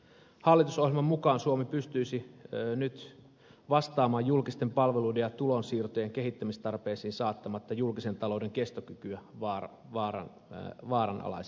hallitusohjelman mukaan suomi pystyisi nyt vastaamaan julkisten palveluiden ja tulonsiirtojen kehittämistarpeisiin saattamatta julkisen talouden kestokykyä vaaranalaiseksi